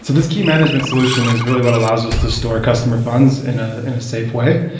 so this key management solution is really what allows us to store customer funds in ah in a safe way.